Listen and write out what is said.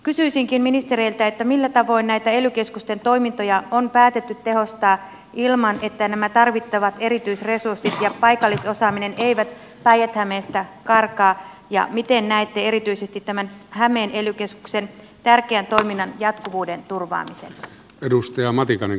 kysyisinkin ministereiltä millä tavoin näitä ely keskusten toimintoja on päätetty tehostaa niin että nämä tarvittavat erityisresurssit ja paikallisosaaminen eivät päijät hämeestä karkaa ja miten näette erityisesti tämän hämeen ely keskuksen tärkeän toiminnan jatkuvuuden turvaamisen